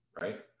right